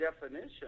definition